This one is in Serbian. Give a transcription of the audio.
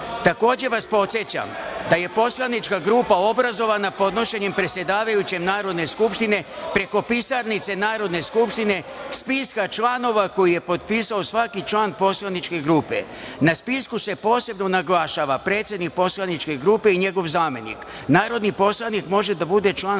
grupe. Takođe vas podsećam da je poslanička grupa obrazovana podnošenjem predsedavajućem Narodne skupštine, preko Pisarnice Narodne skupštine, spiska članova koji je potpisao svaki član poslaničke grupe. Na spisku se posebno naglašava predsednik poslaničke grupe i njegov zamenik. Narodni poslanik može da bude član samo